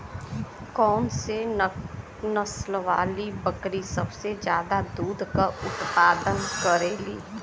कौन से नसल वाली बकरी सबसे ज्यादा दूध क उतपादन करेली?